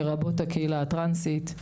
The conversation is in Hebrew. לרבות הקהילה הטרנסית.